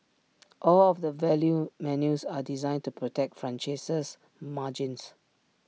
all of the value menus are designed to protect franchisees margins